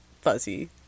fuzzy